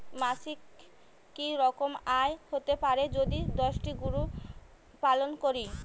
মাসিক কি রকম আয় হতে পারে যদি দশটি গরু পালন করি?